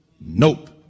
nope